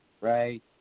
right